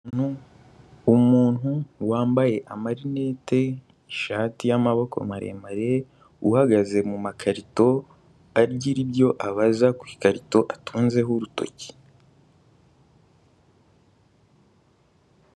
Umuntu wambaye amarinete, ishati y'amaboko maremare, uhagaze mu makarito, agira ibyo abaza ku ikarito atunzeho urutoki.